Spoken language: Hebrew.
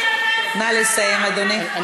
נא לסיים, אדוני.